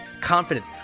confidence